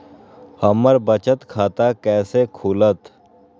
हमर बचत खाता कैसे खुलत?